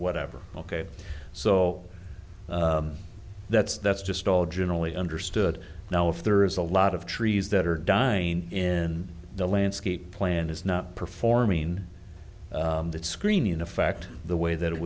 whatever ok so that's that's just all generally understood now if there is a lot of trees that are dying in the landscape plant is not performing that screening in effect the way that it